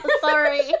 sorry